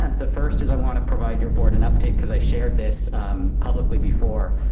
the first is i wanna provide your board an update, cause i shared this publicly before,